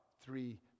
three